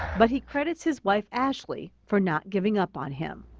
but he credits his wife ashley for not giving up on him.